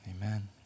Amen